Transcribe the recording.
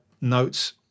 notes